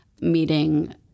meeting